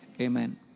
Amen